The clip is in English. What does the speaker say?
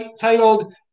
titled